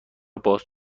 باز